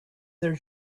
their